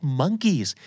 monkeys